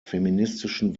feministischen